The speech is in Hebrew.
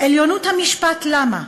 "עליונות המשפט, למה?